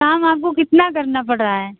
काम आपको कितना करना पड़ रहा है